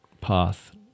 path